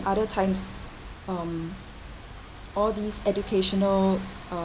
other times um all these educational